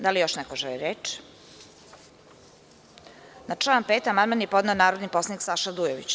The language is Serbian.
Da li još neko želi reč? (Ne) Na član 5. amandman je podneo narodni poslanik Saša Dujović.